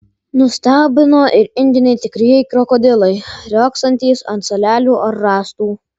nustebino ir indiniai tikrieji krokodilai riogsantys ant salelių ar rąstų